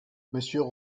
monsieur